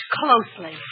closely